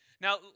Now